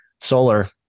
Solar